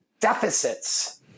deficits